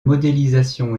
modélisation